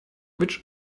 which